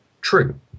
true